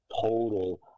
total